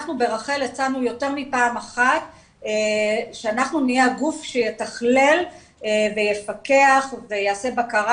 אנחנו ברח"ל הצענו יותר מפעם אחת שנהיה הגוף שיתכלל ויפקח ויעשה בקרה